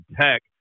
Tech